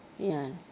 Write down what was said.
ya